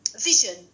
vision